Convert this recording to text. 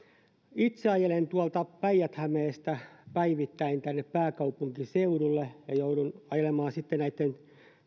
itse ajelen tuolta päijät hämeestä päivittäin tänne pääkaupunkiseudulle ja joudun ajelemaan sitten näitten